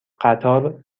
قطار